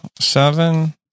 seven